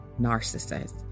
narcissist